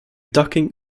docking